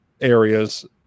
areas